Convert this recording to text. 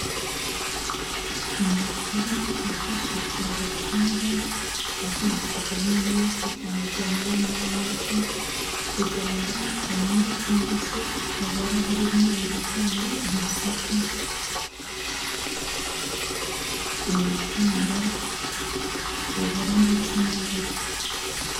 Umutiba wifashishwaga kera bahunikagamo imyaka cyane cyane y'ibinyampeke kugira ngo itamugwa cyangwa se ikabora, harimo ibigori, amasaka, ibishyimbo, uburo, ndetse n'ingano.